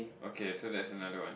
okay so that's another one